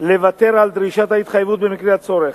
לוותר על דרישת ההתחייבות במקרה הצורך.